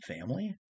family